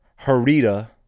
Harita